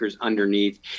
underneath